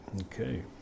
Okay